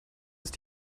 ist